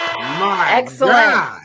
Excellent